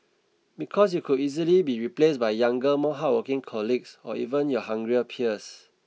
because you could easily be replaced by younger more hardworking colleagues or even your hungrier peers